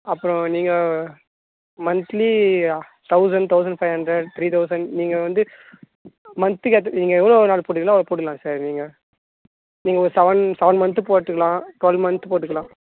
அப்புறம் நீங்கள் monthly thousand thousand five hundred three thousand நீங்கள் வந்து மந்த்லி கட்டு நீங்கள் எவ்வளோ நாள் போடுவீங்களோ அவ்வளோ போட்டுக்கலாம் சார் நீங்கள் நீங்கள் ஒரு செவன் மந்த்து போட்டுக்கலாம் டுவெல் மந்த்து போட்டுக்கலாம்